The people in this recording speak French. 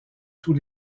tous